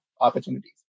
opportunities